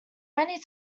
many